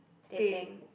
teh peng